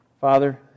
Father